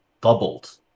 doubled